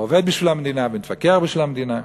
הוא עובד בשביל המדינה, מתווכח בשביל המדינה.